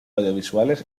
audiovisuales